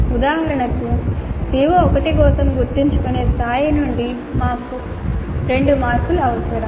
ఉదాహరణకు CO1 కోసం గుర్తుంచుకునే స్థాయి నుండి మాకు 2 మార్కులు అవసరం